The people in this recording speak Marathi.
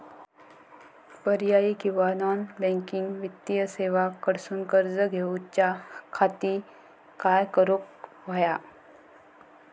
पर्यायी किंवा नॉन बँकिंग वित्तीय सेवा कडसून कर्ज घेऊच्या खाती काय करुक होया?